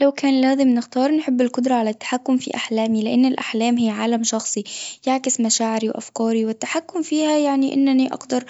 لو كان لازم نختار نحب القدرة على التحكم في أحلامي لإن الأحلام هي عالم شخصي يعكس مشاعري وأفكاري والتحكم فيها يعني أنني أقدر